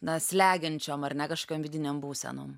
na slegiančiom ar ne kažkiom vidinėm būsenom